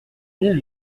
mille